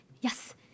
Yes